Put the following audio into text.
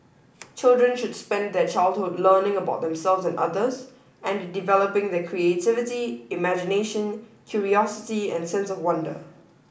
children should spend their childhood learning about themselves and others and developing their creativity imagination curiosity and sense of wonder